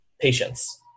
patience